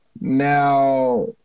Now